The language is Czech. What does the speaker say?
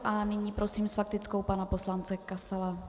A nyní prosím s faktickou pana poslance Kasala.